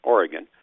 Oregon